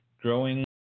growing